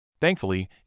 Thankfully